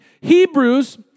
Hebrews